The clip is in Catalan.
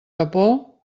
capó